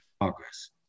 progress